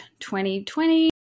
2020